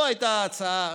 וזו לא הייתה הצעה